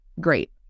great